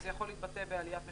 וזה יכול להתבטא בעליית מחירים.